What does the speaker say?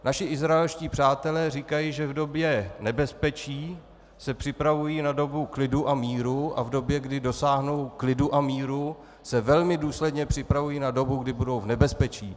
Naši izraelští přátelé říkají, že v době nebezpečí se připravují na dobu klidu a míru a v době, kdy dosáhnou klidu a míru, se velmi důsledně připravují na dobu, kdy budou v nebezpečí.